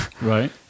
Right